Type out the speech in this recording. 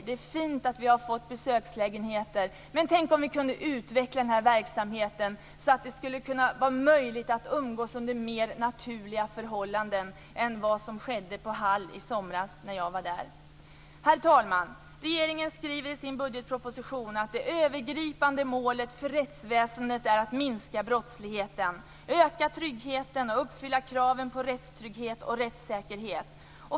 Det är fint att vi har fått besökslägenheter. Men tänk om vi kunde utveckla denna verksamhet, så att det skulle kunna vara möjligt för dem att umgås under mer naturliga förhållanden än vad som skedde på Hall i somras när jag var där. Herr talman! Regeringen skriver i budgetpropositionen att "det övergripande målet för rättsväsendet är att minska brottsligheten, öka tryggheten och uppfylla kraven på rättstrygghet och rättssäkerhet.